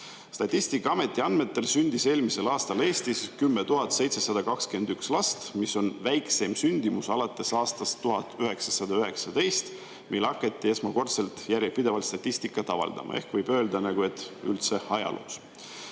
Statistikaameti andmetel sündis eelmisel aastal Eestis 10 721 last, mis on väikseim sündimus alates aastast 1919, mil hakati esmakordselt järjepidevalt statistikat avaldama, ehk võib öelda, et [väikseim sündimus]